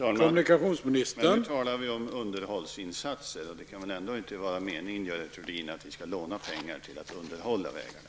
Herr talman! Nu talar vi om underhållsinsatser. Och det kan väl ändå inte vara meningen, Görel Thurdin, att vi skall låna pengar till att underhålla vägarna?